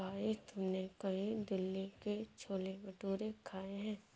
भाई तुमने कभी दिल्ली के छोले भटूरे खाए हैं?